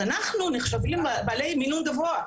אנחנו נחשבים בעלי מינון גבוה,